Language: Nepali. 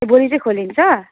भोलि चाहिँ खोलिन्छ